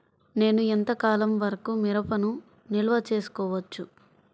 నేను ఎంత కాలం వరకు మిరపను నిల్వ చేసుకోవచ్చు?